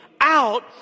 out